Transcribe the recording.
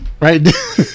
right